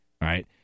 Right